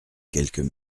quelques